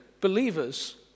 believers